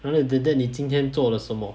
other than that 你今天做了什么